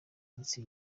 mitsi